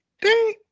ding